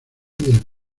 del